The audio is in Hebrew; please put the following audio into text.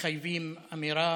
שמחייבים אמירה,